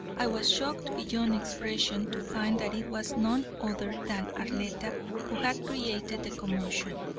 i was shocked beyond expression to find that it was none other than arletta who had created the commotion.